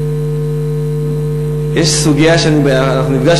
יש סוגיה שאנחנו נפגשים,